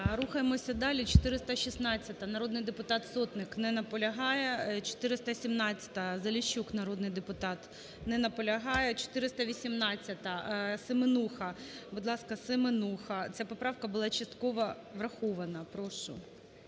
Рухаємо далі – 416-а, народний депутат Сотник. Не наполягає. 417-а, Заліщук, народний депутат. Не наполягає. 418-а, Семенуха. Будь ласка, Семенуха. Ця поправка була частково врахована. Прошу.